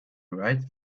right